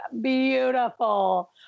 beautiful